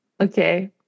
okay